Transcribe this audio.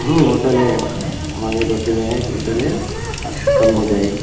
हूँ होटल है हमारे कोची में है एक होटल है कम हो जाएगा